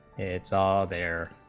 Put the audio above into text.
it's all there